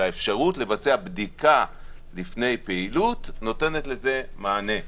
והאפשרות לבצע בדיקה לפני פעילות נותנת לזה מענה.